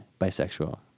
Bisexual